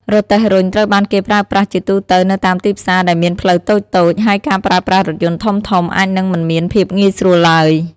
រទេះរុញត្រូវបានគេប្រើប្រាស់ជាទូទៅនៅតាមទីផ្សារដែលមានផ្លូវតូចៗ ហើយការប្រើប្រាស់រថយន្តធំៗអាចនឹងមិនមានភាពងាយស្រួលឡើយ។